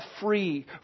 free